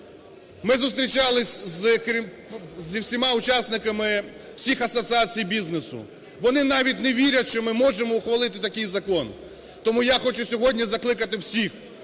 Ми зустрічалися з усіма учасниками всіх асоціацій бізнесу, вони навіть не вірять, що ми можемо ухвалити такий закон. Тому я хочу сьогодні закликати всіх,